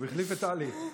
החליף את טלי.